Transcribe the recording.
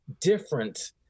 different